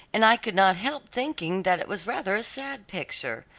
and i could not help thinking that it was rather a sad picture,